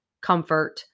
comfort